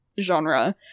genre